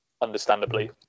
understandably